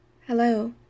Hello